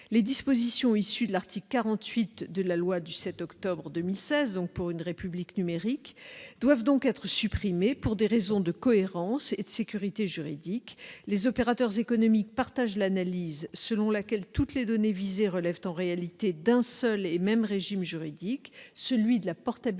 Les dispositions issues de l'article 48 de la loi du 7 octobre 2016 pour une République numérique doivent donc être supprimées pour des raisons de cohérence et de sécurité juridique. Les opérateurs économiques partagent l'analyse selon laquelle toutes les données visées relèvent en réalité d'un seul et même régime juridique, celui de la portabilité